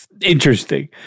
interesting